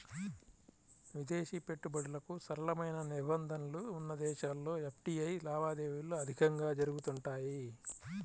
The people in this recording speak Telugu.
విదేశీ పెట్టుబడులకు సరళమైన నిబంధనలు ఉన్న దేశాల్లో ఎఫ్డీఐ లావాదేవీలు అధికంగా జరుగుతుంటాయి